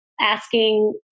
asking